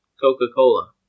Coca-Cola